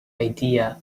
idea